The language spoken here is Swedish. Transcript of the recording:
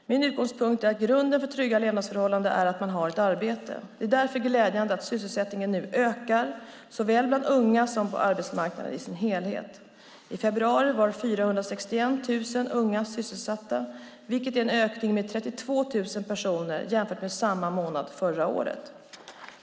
Min utgångspunkt är att grunden för trygga levnadsförhållanden är att man har ett arbete. Det är därför glädjande att sysselsättningen nu ökar, såväl bland unga som på arbetsmarknaden i sin helhet. I februari var 461 000 unga sysselsatta, vilket är en ökning med 32 000 personer jämfört med samma månad förra året.